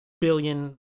billion